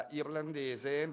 irlandese